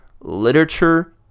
literature